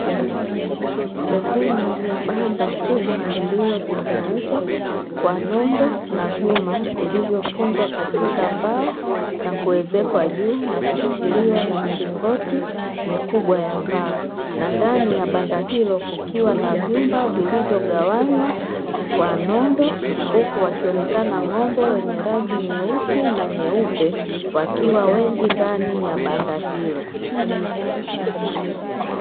Sehemu ya banda kubwa lililotengenezwa kwa nondo na vyuma, vilivyofungwa katika mbao na kuwezekwa juu na kushikiliwa na milingoti mikubwa ya mbao, na ndani ya banda hilo kukiwa na vyumba vilivyogawanywa kwa nondo. Huku wakionekana ng'ombe wenye rangi nyeusi na nyeupe wakiwa wengi ndani ya banda hilo.